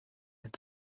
and